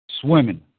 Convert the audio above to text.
Swimming